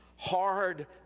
Hard